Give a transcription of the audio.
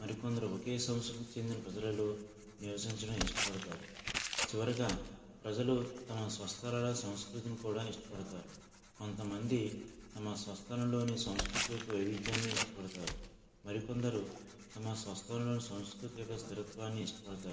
మరి కొందరు ఒకే సంస్కృతికి చెందిన ప్రజలలో నివసించడం ఇష్టపడతారు చివరగా ప్రజలు తమ స్వస్థలాల సంస్కృతిని కూడా ఇష్టపడతారు కొంతమంది తమ స్వస్థలంలోని సంస్కృతి యొక్క వైవిధ్యాన్ని ఇష్టపడతారు మరి కొందరు తమ స్వస్థలంలోని సాంస్కృతిక స్థిరత్వాన్ని ఇష్టపడతారు